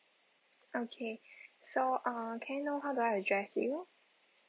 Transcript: okay so uh can I know how do I address you